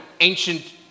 ancient